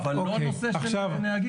אבל לא נושא של נהגים.